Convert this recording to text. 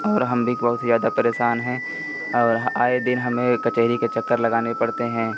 और हम भी बहुत ही ज़्यादा परेशान हैं और आए दिन हमें कचेहरी के चक्कर लगाने पड़ते हैं